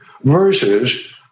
versus